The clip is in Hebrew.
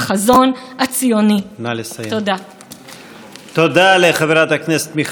אני מתכבד להזמין את שרת המשפטים חברת הכנסת איילת שקד להשיב.